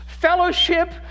fellowship